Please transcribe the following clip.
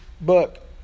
book